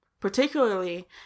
Particularly